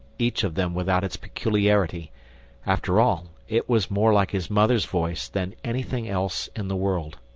each of them without its peculiarity after all, it was more like his mother's voice than anything else in the world.